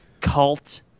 cult